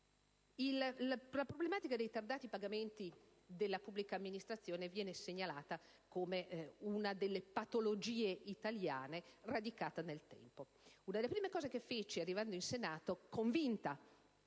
La problematica dei ritardati pagamenti della pubblica amministrazione viene segnalata come una delle patologie italiane radicate nel tempo. Tra le prime iniziative che presi arrivando in Senato, convinta